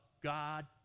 God